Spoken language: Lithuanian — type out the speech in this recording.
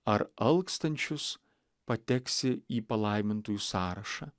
ar alkstančius pateksi į palaimintųjų sąrašą